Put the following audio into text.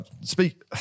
speak